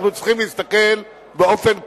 אנחנו צריכים להסתכל באופן כולל.